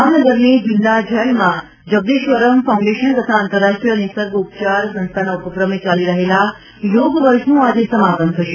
ભાવનગરની જીલ્લા જેલમાં જગદીશ્વરમ ફાઉન્ડેશન તથા આંતરરાષ્ટ્રીય નિસર્ગ ઉપચાર સંસ્થાના ઉપક્રમે ચાલી રહેલા યોગ વર્ષનું આજે સમાપન થશે